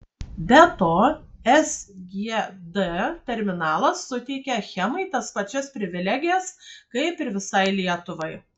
be to sgd terminalas suteikia achemai tas pačias privilegijas kaip ir visai lietuvai